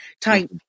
type